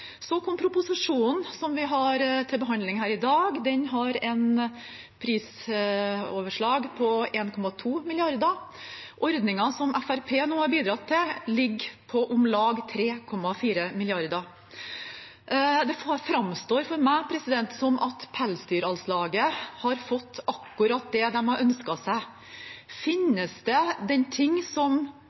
Så kom proposisjonen som vi har til behandling her i dag. Den har et prisoverslag på 1,2 mrd. kr. Ordningen som Fremskrittspartiet nå har bidratt til, ligger på om lag 3,4 mrd. kr. Det framstår for meg som at Pelsdyralslaget har fått akkurat det de har ønsket seg. Finnes det den ting som